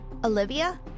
-Olivia